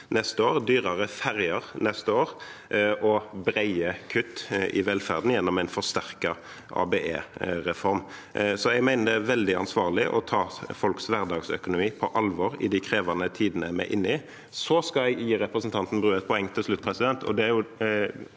neste år, dyrere ferger neste år og brede kutt i velferden gjennom en forsterket ABE-reform. Jeg mener vårt budsjett er veldig ansvarlig og tar folks hverdagsøkonomi på alvor i de krevende tidene vi er inne i. Så skal jeg gi representanten Bru et poeng til slutt. Det